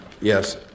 Yes